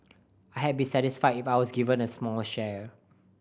I'd be satisfied if I was given a small share